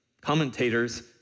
commentators